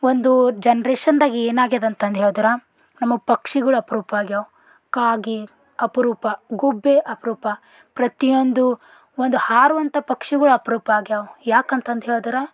ಒಂದು ಜನ್ರೇಷನ್ದಾಗ ಏನು ಆಗ್ಯಾದ ಅಂತಂದು ಹೇಳಿದ್ರ ನಮಗೆ ಪಕ್ಷಿಗಳು ಅಪರೂಪ ಆಗ್ಯಾವೆ ಕಾಗೆ ಅಪರೂಪ ಗುಬ್ಬಿ ಅಪರೂಪ ಪ್ರತಿಯೊಂದು ಒಂದು ಹಾರುವಂಥ ಪಕ್ಷಿಗಳು ಅಪರೂಪ ಆಗ್ಯಾವೆ ಯಾಕಂತಂದು ಹೇಳಿದ್ರ